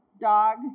dog